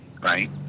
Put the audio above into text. Right